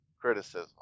criticism